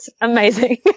Amazing